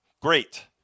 great